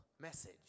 message